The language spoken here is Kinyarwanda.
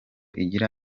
igira